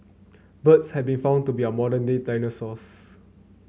birds have been found to be our modern day dinosaurs